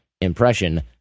impression